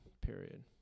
period